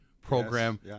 program